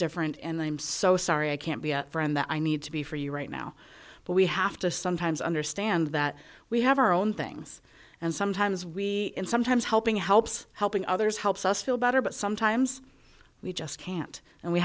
different and i'm so sorry i can't be a friend that i need to be for you right now but we have to sometimes understand that we have our own things and sometimes we and sometimes helping helps helping others helps us feel better but sometimes we just can't and we